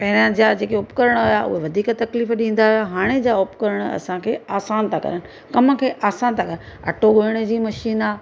पहिरां जा जेका उपकरण हुआ उहा वधीक तकलीफ़ ॾींदा हुआ हाणे जा उपकरण असांखे आसानु था करनि कमु खे आसानु था करनि अटो ॻोएण जी मशीन आहे